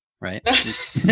right